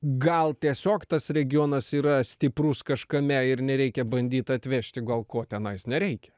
gal tiesiog tas regionas yra stiprus kažkame ir nereikia bandyt atvežti gal ko tenais nereikia